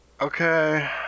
Okay